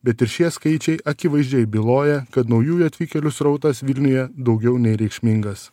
bet ir šie skaičiai akivaizdžiai byloja kad naujųjų atvykėlių srautas vilniuje daugiau nei reikšmingas